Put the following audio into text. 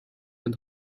and